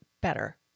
better